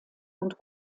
und